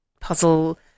puzzle